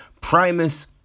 Primus